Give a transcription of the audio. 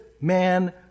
man